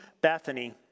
Bethany